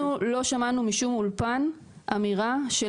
אנחנו לא שמענו משום אולפן אמירה של